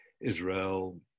Israel